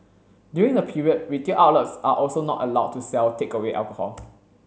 during the period retail outlets are also not allowed to sell takeaway alcohol